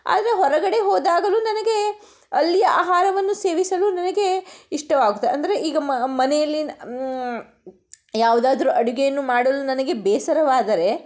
ಆದರೆ ಹೊರಗಡೆ ಹೋದಾಗಲೂ ನನಗೆ ಅಲ್ಲಿಯ ಆಹಾರವನ್ನು ಸೇವಿಸಲು ನನಗೆ ಇಷ್ಟವಾಗುತ್ತೆ ಅಂದರೆ ಈಗ ಮನೆಯಲ್ಲಿ ಯಾವುದಾದರು ಅಡುಗೆಯನ್ನು ಮಾಡಲು ನನಗೆ ಬೇಸರವಾದರೆ